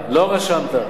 לא רשמת.